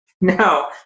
No